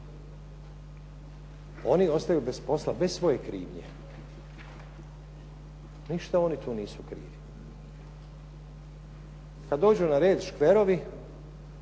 Oni ostaju bez posla bez svoje krivnje. Ništa oni tu nisu krivi. Kad dođu na redu škverovi,